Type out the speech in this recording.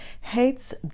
hates